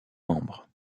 membres